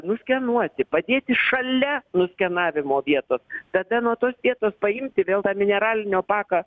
nuskenuoti padėti šalia nuskenavimo vietos tada nuo tos vietos paimti vėl tą mineralinio paką